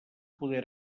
poder